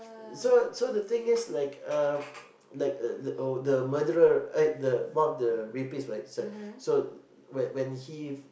so so the thing is like um like uh the murderer eh like the one of the rapists right beside so when he